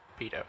pedo